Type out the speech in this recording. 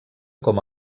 com